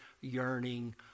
yearning